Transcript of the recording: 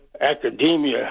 academia